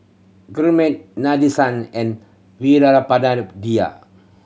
Gurmeet Nadesan and Veerapandiya